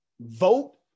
vote